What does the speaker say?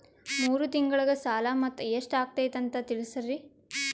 ಮೂರು ತಿಂಗಳಗೆ ಸಾಲ ಮೊತ್ತ ಎಷ್ಟು ಆಗೈತಿ ಅಂತ ತಿಳಸತಿರಿ?